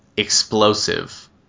explosive